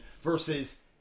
versus